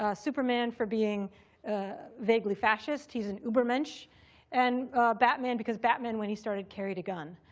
ah superman for being vaguely fascist he's an ubermensch and batman because batman, when he started, carried a gun.